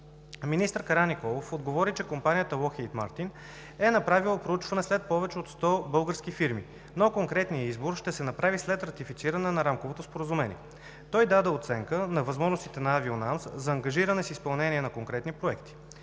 Министър Караниколов отговори, че компанията Lockheed Martin е направила проучване сред повече от 100 български фирми, но конкретния избор ще се направи след ратифициране на Рамковото споразумение. Той даде оценка на възможностите на „Авионамс“ за ангажиране с изпълнение на конкретни проекти.